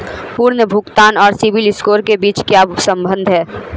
पुनर्भुगतान और CIBIL score के बीच क्या संबंध है?